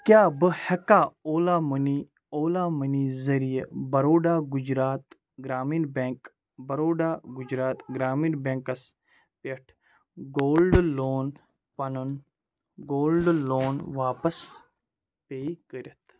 کیٛاہ بہٕ ہیٚکیٛاہ اولا مٔنی اولا مٔنی ذٔریعہِ بَروڈا گُجرات گرٛامیٖن بیٚنٛک بَروڈا گُجرات گرٛامیٖن بیٚنکس پیٚٹھ گولڈ لون پَنُن گولڈ لون واپس پے کٔرِتھ؟